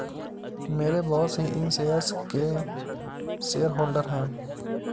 मेरे बॉस ही इन शेयर्स के शेयरहोल्डर हैं